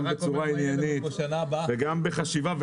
גם בצורה עניינית וגם בחשיבה,